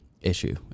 issue